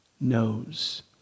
knows